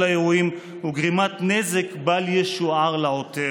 האירועים וגרימת נזק בל ישוער לעותר,